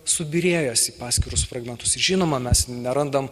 subyrėjęs į paskirus fragmentus ir žinoma mes nerandam